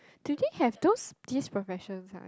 do they have those these professions ah